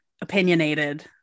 opinionated